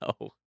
No